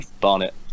Barnet